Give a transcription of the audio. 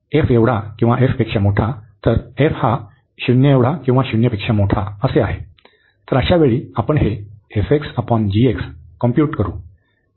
तर अशावेळी आपण हे कॉम्प्युट करू